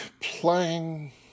playing